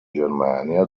germania